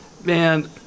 Man